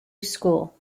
school